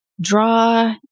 draw